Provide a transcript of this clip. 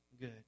good